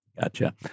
Gotcha